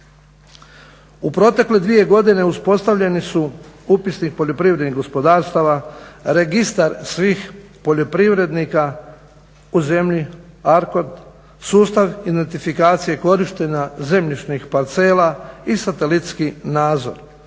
U protekle 2. godine uspostavljeni su Upisnik poljoprivrednih gospodarstava, Registar svih poljoprivrednika u zemlji ARKOD sustav identifikacije korištenja zemljišnih parcela i satelitski nadzor,